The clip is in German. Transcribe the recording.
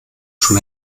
schon